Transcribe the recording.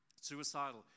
Suicidal